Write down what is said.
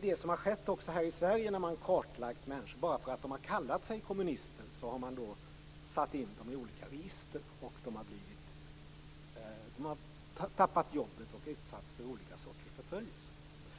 Det som har skett också här i Sverige, när man har kartlagt människor bara för att de har kallat sig kommunister, är att man har fört in dem i olika register. De har förlorat jobben och utsatts för olika slags förföljelser.